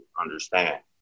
understand